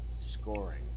scoring